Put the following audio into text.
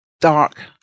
dark